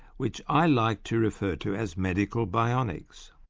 which i like to refer to as medical bionics.